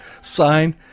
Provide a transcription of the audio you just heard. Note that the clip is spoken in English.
sign